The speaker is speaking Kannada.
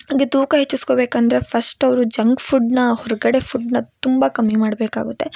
ಹಾಗೆ ತೂಕ ಹೆಚ್ಚಿಸ್ಕೊಬೇಕಂದರೆ ಫಸ್ಟ್ ಅವರು ಜಂಕ್ ಫುಡ್ನ ಹೊರಗಡೆ ಫುಡ್ನ ತುಂಬ ಕಮ್ಮಿ ಮಾಡಬೇಕಾಗುತ್ತೆ